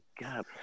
god